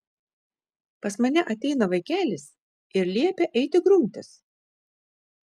pas mane ateina vaikelis ir liepia eiti grumtis